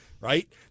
right